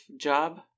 job